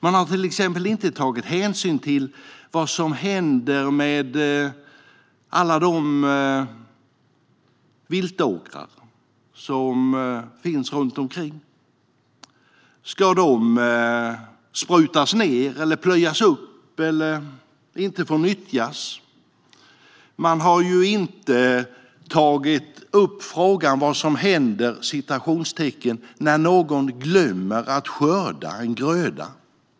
Man har till exempel inte tagit hänsyn till vad som händer med alla de viltåkrar som finns. Ska de sprutas ned, plöjas upp eller inte få nyttjas? Man har inte tagit upp frågan om vad som händer när någon glömmer att skörda en gröda.